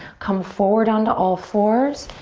come forward onto all fours.